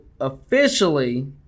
officially